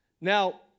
Now